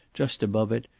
just above it,